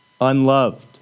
unloved